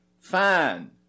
fine